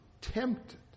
tempted